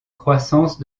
croissance